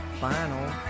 final